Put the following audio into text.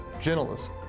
gentleness